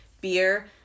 beer